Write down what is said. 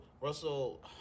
Russell